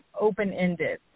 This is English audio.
open-ended